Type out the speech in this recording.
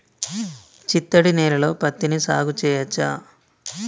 చిత్తడి నేలలో పత్తిని సాగు చేయచ్చా?